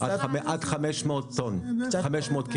עד 5,000 קילו.